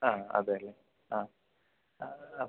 ആ അതെയല്ലേ ആ അപ്പം